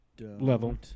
level